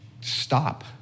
stop